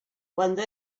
cuando